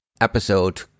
episode